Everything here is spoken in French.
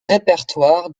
répertoire